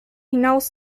hinaus